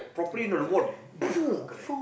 uh got correct uh co~ correct